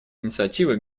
инициативы